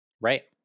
Right